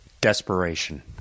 Desperation